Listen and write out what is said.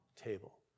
table